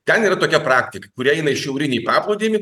ten yra tokia praktika kurie eina į šiaurinį paplūdimį